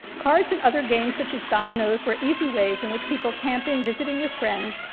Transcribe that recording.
cards and other games such as dominoes were easy ways in which people camping, visiting with friends,